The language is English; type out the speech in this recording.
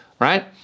right